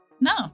No